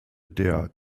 der